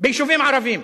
ביישובים ערביים?